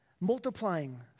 multiplying